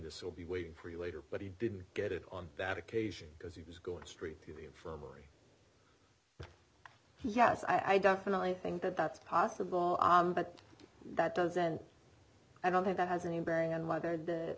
this will be waiting for you later but he didn't get it on that occasion because he was going straight for a boy yes i definitely think that that's possible but that doesn't i don't think that has any bearing on whether th